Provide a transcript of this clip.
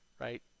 right